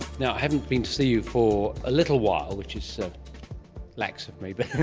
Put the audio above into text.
now, i haven't been to see you for a little while, which is lax of me. but